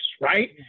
Right